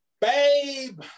babe